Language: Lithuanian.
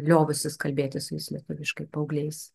liovusis kalbėti su jais lietuviškai paaugliais